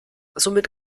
somit